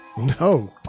No